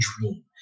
dream